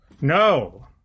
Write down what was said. No